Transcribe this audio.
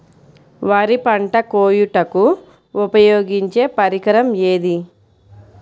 వరి పంట కోయుటకు ఉపయోగించే పరికరం ఏది?